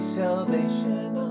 salvation